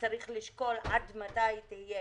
וצריך לשקול עד מתי תהיה.